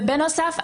בנוסף,